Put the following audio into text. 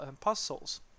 puzzles